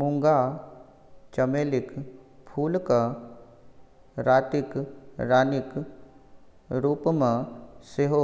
मूंगा चमेलीक फूलकेँ रातिक रानीक रूपमे सेहो